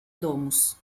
domus